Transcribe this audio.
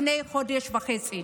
השתחרר לפני חודש וחצי.